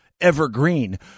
evergreen